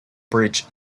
bridge